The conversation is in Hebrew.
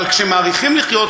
אבל כשמאריכים לחיות,